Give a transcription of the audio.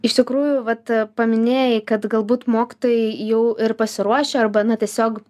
iš tikrųjų vat paminėjai kad galbūt mokytojai jau ir pasiruošę arba na tiesiog